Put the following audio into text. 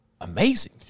amazing